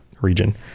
region